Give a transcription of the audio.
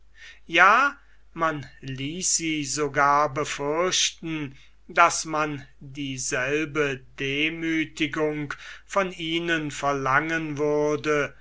ja man ließ sie sogar befürchten daß man dieselbe demütigung von ihnen verlangen würde